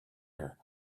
air